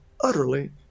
utterly